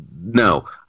No